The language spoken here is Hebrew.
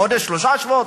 שלושה שבועות,